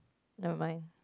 never mind